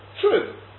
True